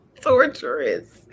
torturous